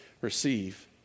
receive